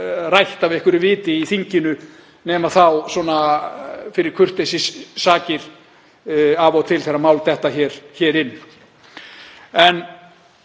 rætt af einhverju viti í þinginu nema þá fyrir kurteisissakir af og til þegar mál detta hingað inn. Ég